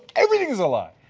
everything is a lie.